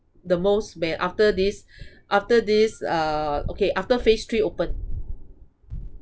the most when after this after this uh okay after phase three open